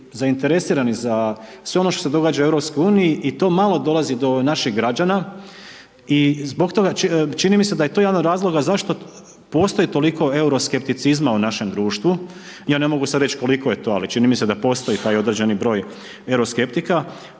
zainteresirani za sve ono što se događa u EU i to malo dolazi do naših građana i zbog toga, čini mi se da je to jedan od razloga zašto postoji toliko euroskepticizma u našem društvu. Ja ne mogu sada reći koliko je to ali čini mi se da postoji taj određeni broj euroskeptika.